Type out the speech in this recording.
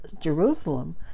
Jerusalem